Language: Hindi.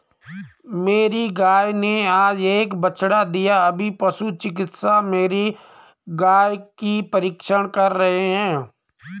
मेरी गाय ने आज एक बछड़ा दिया अभी पशु चिकित्सक मेरी गाय की परीक्षण कर रहे हैं